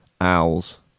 Owls